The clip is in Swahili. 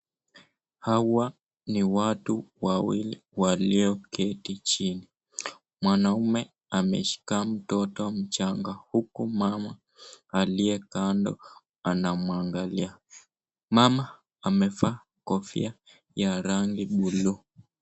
Hawa ni watu wawili walio keti chini , mwanaume ameshika mtoto mchanga ,huku mama aliye kando anamwangalia ,mama amevaa kofia ya rangi blue .